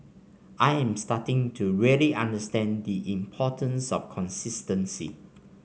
I am starting to really understand the importance of consistency